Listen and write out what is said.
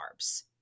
carbs